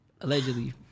allegedly